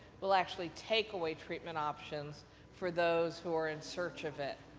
will actually take away treatment options for those who are in search of it.